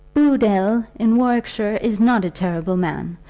booddle in warwickshire is not a terrible man.